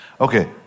Okay